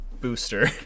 Booster